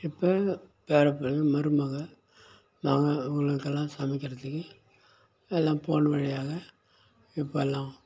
இப்போ பேர பிள்ளைங்க மருமகள் நாங்கள் இவங்களுக்கெல்லாம் சமைக்கிறதுக்கு எல்லாம் ஃபோன் வழியாக இப்போல்லாம்